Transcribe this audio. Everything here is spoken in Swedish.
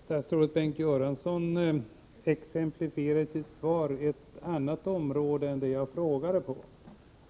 Herr talman! Statsrådet Bengt Göransson exemplifierade i sitt svar med ett annat område än det jag frågade om.